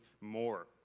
more